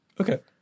Okay